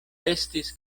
estis